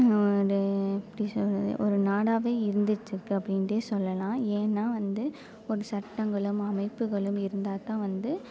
ஒரு எப்படி சொல்வது ஒரு நாடாகவே இருந்திட்டிருக்கு அப்படின்டே சொல்லலாம் ஏனால் வந்து ஒரு சட்டங்களும் அமைப்புகளும் இருந்தால்தான் வந்து